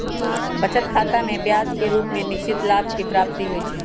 बचत खतामें ब्याज के रूप में निश्चित लाभ के प्राप्ति होइ छइ